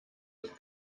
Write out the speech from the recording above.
ist